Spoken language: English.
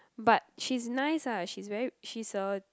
but she's nice ah she's very she's a